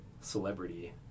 celebrity